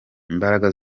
imbaraga